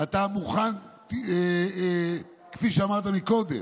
אם אתה מוכן, כפי שאמרת קודם,